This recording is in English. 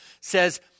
says